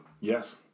Yes